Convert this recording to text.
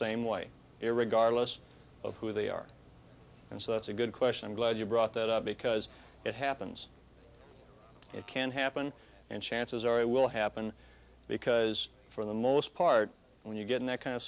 same way here regardless of who they are and so that's a good question i'm glad you brought that up because it happens it can happen and chances are it will happen because for the most part when you get in that kind of